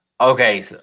Okay